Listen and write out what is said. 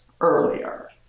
earlier